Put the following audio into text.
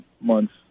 months